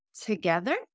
Together